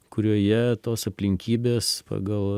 kurioje tos aplinkybės pagal